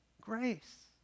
grace